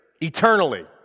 eternally